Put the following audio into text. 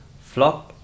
flock